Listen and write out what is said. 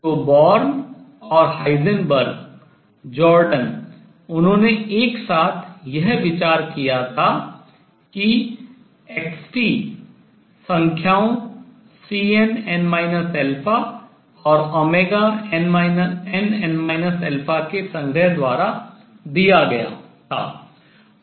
तो बॉर्न और Heisenberg Jordan उन्होंने एक साथ यह विचार किया था कि x संख्याओं Cnn और nn के संग्रह द्वारा दिया गया था